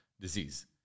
disease